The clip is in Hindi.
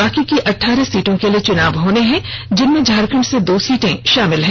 बाकी की अठारह सीटों के लिए चुनाव होने हैं जिनमें झारखंड से दो सीटें भी शामिल हैं